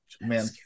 Man